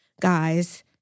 guys